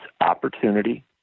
opportunity